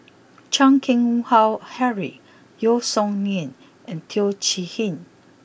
Chan Keng Howe Harry Yeo Song Nian and Teo Chee Hean